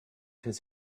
his